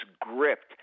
gripped